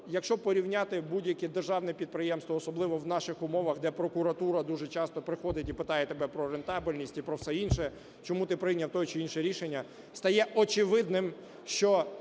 якщо порівняти будь-яке державне підприємство, особливо в наших умовах, де прокуратура дуже часто приходить і питає тебе про рентабельність і про все інше, чому ти прийняв те чи інше рішення, стає очевидним, що